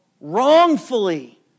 wrongfully